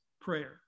prayer